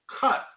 cut